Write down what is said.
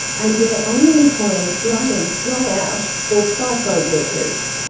and they're only employing fly-in, fly-out or fifo workers.